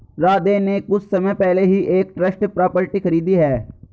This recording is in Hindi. राधे ने कुछ समय पहले ही एक ट्रस्ट प्रॉपर्टी खरीदी है